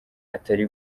atari